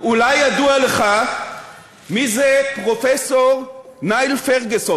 אולי ידוע לך מי זה פרופסור ניל פרגוסון?